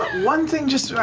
one thing, just,